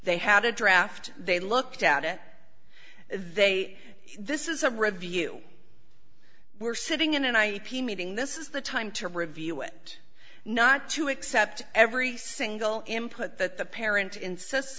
they had a draft they looked at it they this is a review we're sitting in an i p meeting this is the time to review it not to accept every single input that the parent in